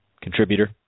Contributor